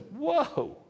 whoa